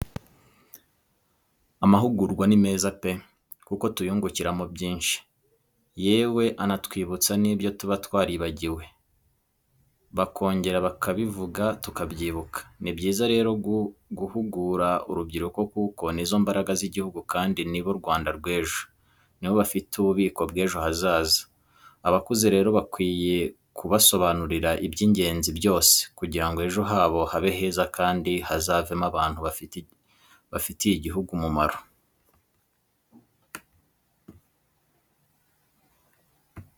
Amahugurwa ni meza pe kuko tuyungukiramo byinshi yewe anatwibutsa n'ibyo tuba twaribagiwe, bakongera bakabivuga tukabyibuka. Ni byiza rero guhugura urubyiruko kuko ni zo mbaraga z'igihugu kandi ni bo Rwanda rw'ejo. Ni bo bafite ububiko bw'ejo hazaza, abakuze rero bakwiye kubasobanurira iby'ingenzi byose, kugira ngo ejo habo habe heza kandi bazavemo abantu bafitiye igihugu umumaro.